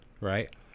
right